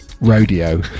rodeo